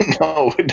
No